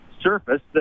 surface